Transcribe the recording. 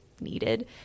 needed